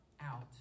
out